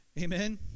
Amen